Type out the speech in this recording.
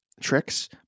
tricks